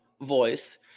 voice